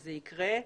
שזה יקרה.